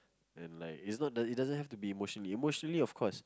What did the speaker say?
and like it doesn't have to be emotionally emotionally of course